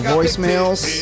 voicemails